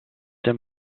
him